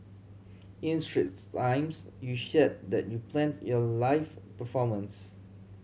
in Straits Times you shared that you planned your live performance